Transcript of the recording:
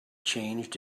changed